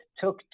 took